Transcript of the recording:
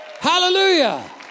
Hallelujah